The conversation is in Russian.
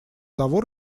того